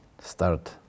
start